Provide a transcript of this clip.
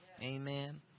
Amen